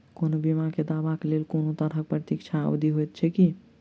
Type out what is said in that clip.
कोनो बीमा केँ दावाक लेल कोनों तरहक प्रतीक्षा अवधि होइत छैक की?